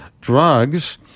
drugs